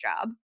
job